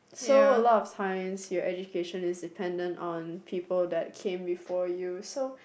so a lot of times your education is dependent on people that came before you so